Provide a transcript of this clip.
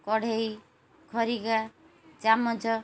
କଢ଼େଇ ଖରିଗା ଚାମଚ